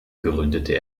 gründete